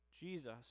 Jesus